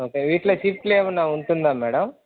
okay వీటిలో షిఫ్ట్లు ఏమైనా ఉంటుందా మేడం